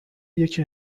یکی